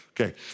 Okay